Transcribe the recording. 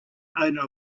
owner